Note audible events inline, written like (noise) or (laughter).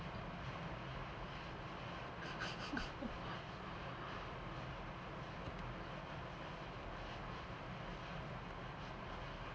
(laughs)